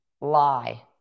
Lie